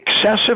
excessive